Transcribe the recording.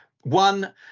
One